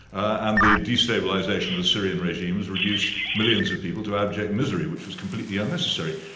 and the destabilization of the syrian regime has reduced millions of people to abject misery, which was completely unnecessary.